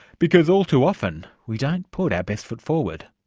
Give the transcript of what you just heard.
because all too often we don't put our best foot forward.